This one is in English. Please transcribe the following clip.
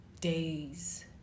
Days